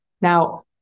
Now